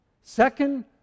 Second